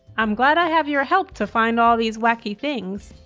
i'm glad i have your help to find all these wacky things.